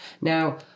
Now